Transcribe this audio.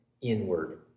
inward